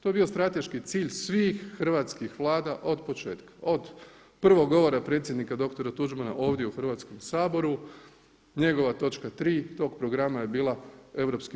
To je bio strateški cilj svih hrvatskih vlada od početka, od prvog govora predsjednika doktora Tuđmana ovdje u Hrvatskom saboru, njegova točka tri tog programa je bila europski